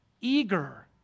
eager